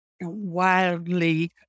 wildly